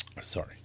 sorry